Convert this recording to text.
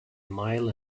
mile